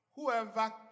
Whoever